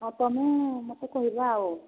ହଁ ତୁମେ ମୋତେ କହିବା ଆଉ